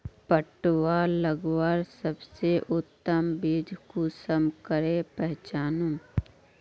पटुआ लगवार सबसे उत्तम बीज कुंसम करे पहचानूम?